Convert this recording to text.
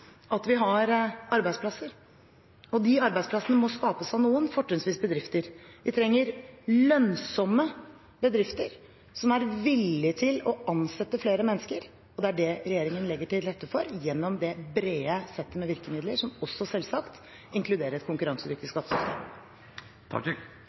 at vi har arbeidsplasser, og de arbeidsplassene må skapes av noen, fortrinnsvis bedrifter. Vi trenger lønnsomme bedrifter som er villig til å ansette flere mennesker, og det er det regjeringen legger til rette for gjennom det brede settet med virkemidler, som også – selvsagt – inkluderer et konkurransedyktig